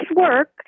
work